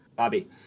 Bobby